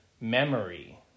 memory